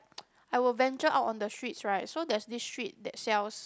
I will venture out on the streets right so there's this street that sells